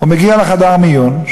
הוא מגיע לחדר המיון,